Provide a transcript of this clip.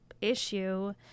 issue